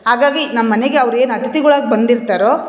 ಹಾಗಾಗಿ ನಮ್ಮ ಮನೆಗೆ ಅವ್ರು ಏನು ಅತಥಿತಿಗುಳಾಗಿ ಬಂದಿರ್ತಾರೋ